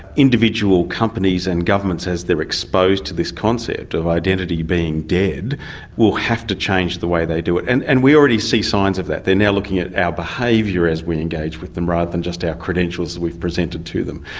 individual companies and governments as they are exposed to this concept of identity being dead will have to change the way they do it. and and we already see signs of that. they are now looking at our behaviour as we engage with them rather than just our credentials we've presented to them.